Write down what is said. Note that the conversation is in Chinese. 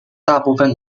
大部份